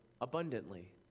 abundantly